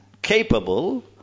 Capable